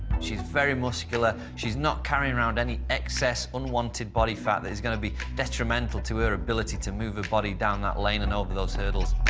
she's very muscular. she's not carrying around any excess unwanted body fat that is going to be detrimental to her ability to move her body down that lane and over those hurdles.